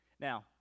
Now